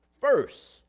first